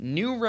new